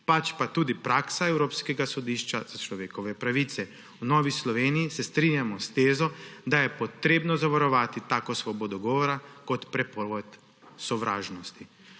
pač pa tudi praksa Evropskega sodišča za človekove pravice. V Novi Sloveniji se strinjamo s tezo, da je potrebno zavarovati tako svobodo govora kot prepoved sovražnosti.